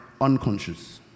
unconscious